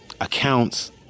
accounts